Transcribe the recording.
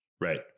Right